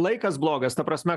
laikas blogas ta prasme